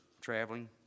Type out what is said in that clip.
traveling